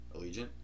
Allegiant